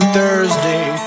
Thursday